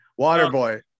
Waterboy